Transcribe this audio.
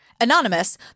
Anonymous